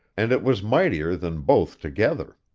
and it was mightier than both together.